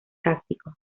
táctico